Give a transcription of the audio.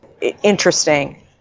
interesting